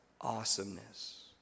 awesomeness